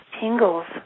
tingles